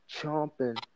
chomping